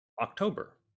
October